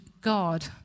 God